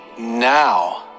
now